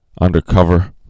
undercover